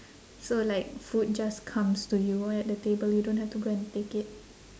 so like food just comes to you at the table you don't have to go and take it